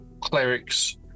clerics